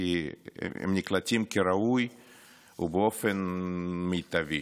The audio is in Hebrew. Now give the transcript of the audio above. שהם נקלטים כראוי ובאופן מיטבי.